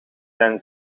zijn